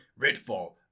Redfall